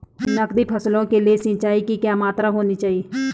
नकदी फसलों के लिए सिंचाई की क्या मात्रा होनी चाहिए?